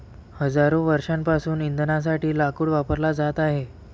हजारो वर्षांपासून इंधनासाठी लाकूड वापरला जात आहे